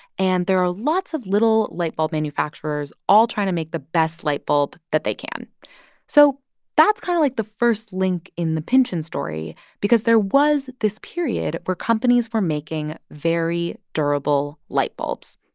and there are lots of little light bulb manufacturers all trying to make the best light bulb that they can so that's kind of, like, the first link in the pynchon story because there was this period where companies were making very durable light bulbs,